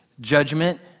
judgment